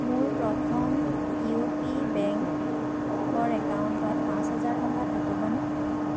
মোৰ Prathama U P বেংকৰ একাউণ্টত পাঁচ হাজাৰ টকা থাকিবনে